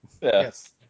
Yes